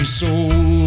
soul